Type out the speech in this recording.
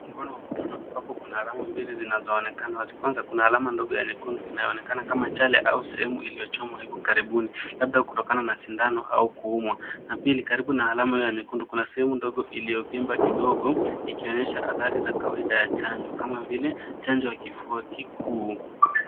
Mkono wa mtoto ambapo kuna alama mbili zinazoonekana. Kwanza kuna alama ndogo ya nyekundu inaonekana kama chale au sehemu iliyochomwa hivi karibuni labda kutokana na sindano au kuumwa. Na pili, karibu na alama hiyo ya nyekundu kuna sehemu ndogo iliyovimba kidogo ikionyesha athari za kawaida ya chanjo kama vile chanjo ya kifua kikuu.